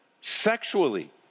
Sexually